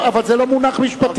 אבל זה לא מונח משפטי,